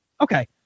Okay